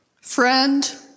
Friend